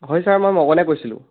হয় ছাৰ মই মগনে কৈছিলোঁ